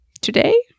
Today